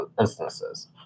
instances